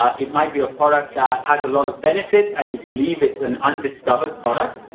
ah it might be a product that has a lot of benefits and you believe it's an undiscovered product.